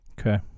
Okay